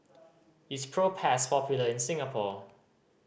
is Propass popular in Singapore